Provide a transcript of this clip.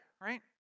right